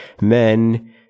men